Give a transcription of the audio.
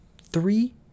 three